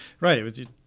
right